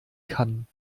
kann